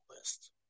list